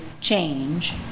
change